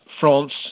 France